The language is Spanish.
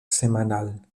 semanal